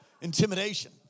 intimidation